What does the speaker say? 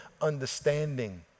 understanding